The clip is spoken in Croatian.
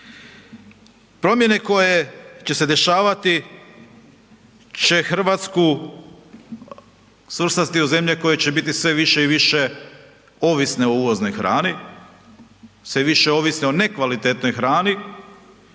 Promjene koje će se dešavati će RH svrstati u zemlje koje će biti sve više i više ovisne o uvoznoj hrani, sve više ovisni o nekvalitetnoj hrani,